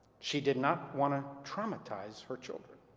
she did not want to traumatize her children.